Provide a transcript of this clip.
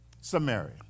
Samaria